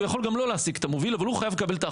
והוא יכול גם לא להעסיק את המוביל.